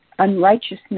unrighteousness